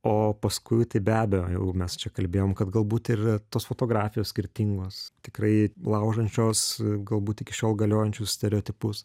o paskui tai be abejo jau mes čia kalbėjom kad galbūt yra tos fotografijos skirtingos tikrai laužančios galbūt iki šiol galiojančius stereotipus